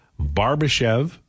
Barbashev